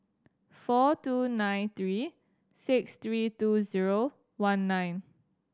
four two nine three six three two zero one nine